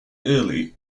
early